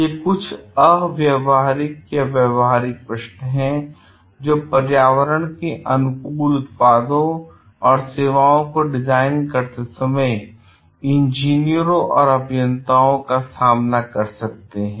ये कुछ व्यावहारिक प्रश्न हैं जो पर्यावरण के अनुकूल उत्पादों और सेवाओं को डिजाइन करते समय इंजीनियरों अथवा अभियंताओं का सामना कर सकते हैं